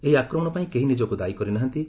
ଏହି ଆକ୍ରମଣ ପାଇଁ କେହି ନିଜକୁ ଦାୟୀ କରିନାହାନ୍ତି